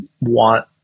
want